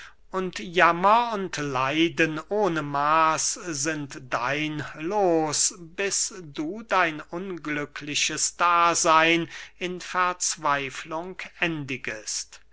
und jammer und leiden ohne maß sind dein loos bis du dein unglückseliges daseyn in verzweiflung